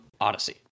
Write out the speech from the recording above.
Odyssey